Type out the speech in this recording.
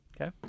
Okay